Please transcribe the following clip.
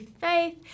Faith